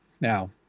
now